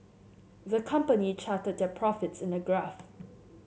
the company charted their profits in a graph